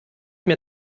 mir